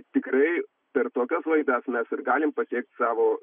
tikrai per tokias laidas mes ir galim pasiekt savo